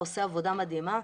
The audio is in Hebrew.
עושה עבודה מדהימה.